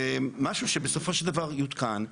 זה משהו שבסופו של דבר יותקן,